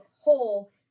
hole